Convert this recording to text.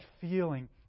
feeling